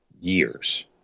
years